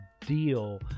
deal